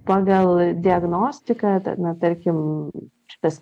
pagal diagnostiką na tarkim iš vis